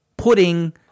putting